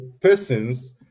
Persons